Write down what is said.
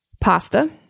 Pasta